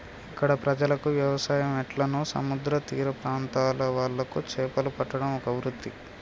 ఇక్కడ ప్రజలకు వ్యవసాయం ఎట్లనో సముద్ర తీర ప్రాంత్రాల వాళ్లకు చేపలు పట్టడం ఒక వృత్తి